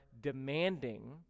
demanding